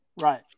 Right